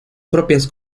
propias